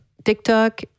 TikTok